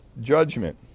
judgment